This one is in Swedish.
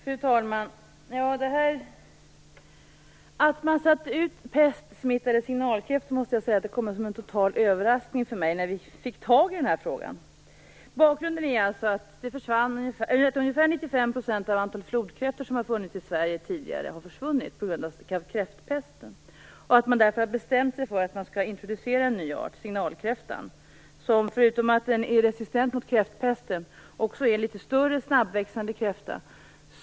Fru talman! Att man sätter ut pestsmittade signalkräftor kom som en total överraskning för mig när vi fick tag i den här frågan. Bakgrunden är att ungefär 95 % av de flodkräftor som tidigare funnits i Sverige har försvunnit på grund av kräftpesten. Därför har man bestämt sig för att introducera en ny art: signalkräftan. Förutom att den är resistent mot kräftpesten är den en litet större och mer snabbväxande kräfta.